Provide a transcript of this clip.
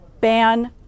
ban